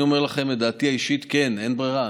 אני אומר לכם את דעתי האישית: כן, אין ברירה.